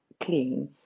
clean